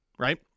Right